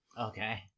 okay